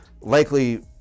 likely